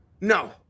No